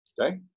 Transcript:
Okay